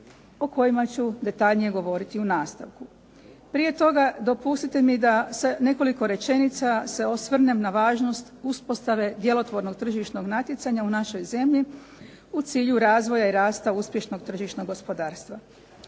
o kojima ću detaljnije govoriti u nastavku. Prije toga dopustiti mi da s nekoliko rečenica se osvrnem na važnost uspostave djelotvornog tržišnog natjecanja u našoj zemlji u cilju razvoja i rasta uspješnog tržišnog gospodarstva.